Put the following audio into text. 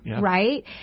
right